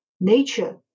nature